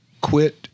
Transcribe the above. quit